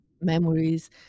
memories